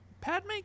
Padme